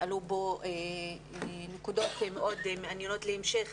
עלו פה נקודות מאוד מעניינות להמשך